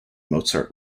mozart